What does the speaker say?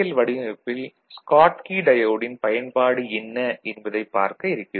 வடிவமைப்பில் ஸ்காட்கி டயோடின் பயன்பாடு என்ன என்பதைப் பார்க்க இருக்கிறோம்